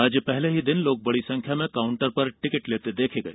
आज पहले दिन ही लोग बड़ी संख्या में काउंटर पर टिकट लेते देखे गए